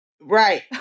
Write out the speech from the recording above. right